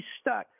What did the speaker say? stuck –